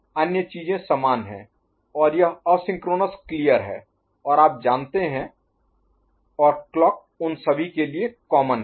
अन्य चीजें समान हैं और यह असिंक्रोनस क्लियर है और आप जानते हैं और क्लॉक उन सभी के लिए कॉमन है